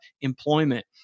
employment